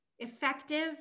effective